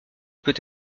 peut